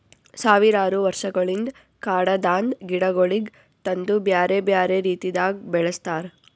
ಸಾವಿರಾರು ವರ್ಷಗೊಳಿಂದ್ ಕಾಡದಾಂದ್ ಗಿಡಗೊಳಿಗ್ ತಂದು ಬ್ಯಾರೆ ಬ್ಯಾರೆ ರೀತಿದಾಗ್ ಬೆಳಸ್ತಾರ್